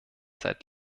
seit